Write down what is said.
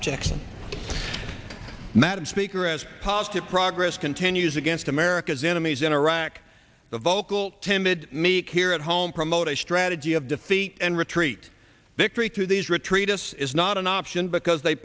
objection madam speaker as positive progress continues against america's enemies in iraq the vocal timid meek here at home promote a strategy of defeat and retreat victory to these retreat us is not an option because they